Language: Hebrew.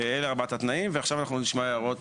אלה ארבעת התנאים, ועכשיו אנחנו נשמע הערות